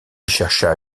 chercha